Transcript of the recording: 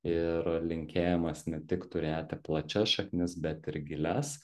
ir linkėjimas ne tik turėti plačias šaknis bet ir gilias